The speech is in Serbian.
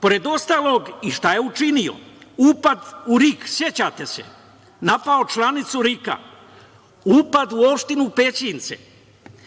pored ostalog i šta je učinio. Upad u RIK, sećate se? Napao je članicu RIK-a. Upad u opštinu Pećinci,